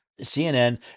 CNN